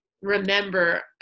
remember